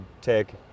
take